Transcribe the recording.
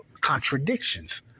contradictions